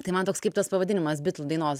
tai man toks kaip tas pavadinimas bitlų dainos